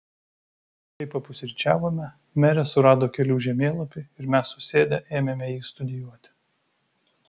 kai papusryčiavome merė surado kelių žemėlapį ir mes susėdę ėmėme jį studijuoti